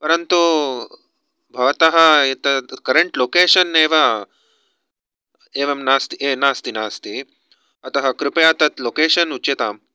परन्तु भवतः एतत् करेण्ट् लोकेशनेव एवं नास्ति नास्ति नास्ति अतः कृपया तत् लोकेशन् उच्यतां